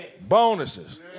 bonuses